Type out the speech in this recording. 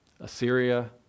Assyria